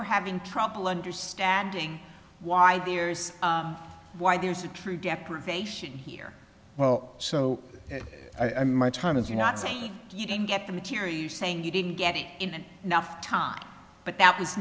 we're having trouble understanding why there's why there's a true deprivation here well so i mean my time is you're not saying you didn't get the material saying you didn't get it in enough time but that was